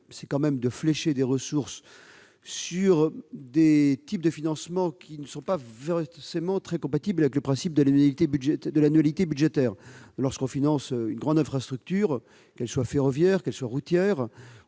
: elle permet de flécher des ressources sur des types de financement qui ne sont pas forcément très compatibles avec le principe de l'annualité budgétaire. Lorsqu'on finance une grande infrastructure, qu'elle soit ferroviaire ou routière,